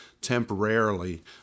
temporarily